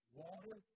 water